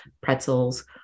pretzels